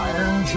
Iron